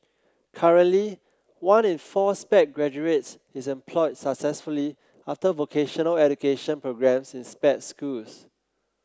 currently one in four Sped graduates is employed successfully after vocational education programmes in Sped schools